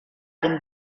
dem